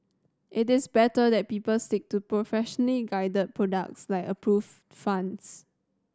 it is better that people stick to professionally guided products like approved funds